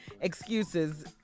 excuses